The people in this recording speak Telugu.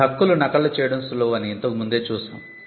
ఈ హక్కులు నకళ్ళు చేయడం సులువని ఇంతకు ముందే చూసాము